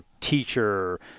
teacher